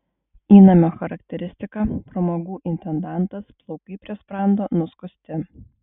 įnamio charakteristika pramogų intendantas plaukai prie sprando nuskusti